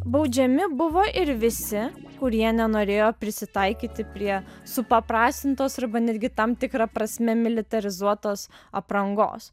baudžiami buvo ir visi kurie nenorėjo prisitaikyti prie supaprastintos arba netgi tam tikra prasme militarizuotos aprangos